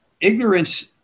ignorance